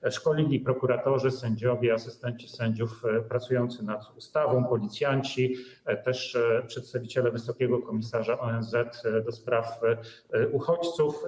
Byli szkoleni prokuratorzy, sędziowie, asystenci sędziów pracujący nad ustawą, policjanci, też przedstawiciele wysokiego komisarza ONZ do spraw uchodźców.